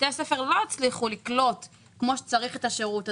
בתי הספר לא הצליחו לקלוט כמו שצריך את השירות הזה.